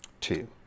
two